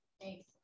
Thanks